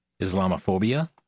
Islamophobia